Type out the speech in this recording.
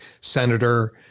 senator